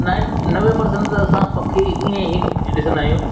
nine नवे percent त असां पखी ईअं ई ॾिसंदा आहियूं